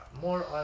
more